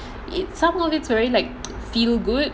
it somehow literary like feel good